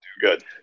good